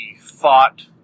thought